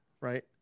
right